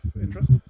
interest